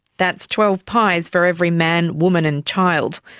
that's twelve pies for every man, woman and child.